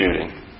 shooting